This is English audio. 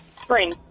spring